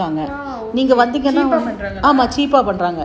பண்றாங்க:pandraanga